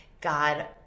God